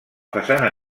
façana